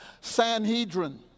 Sanhedrin